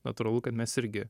natūralu kad mes irgi